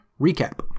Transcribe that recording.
recap